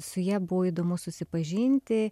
su ja buvo įdomu susipažinti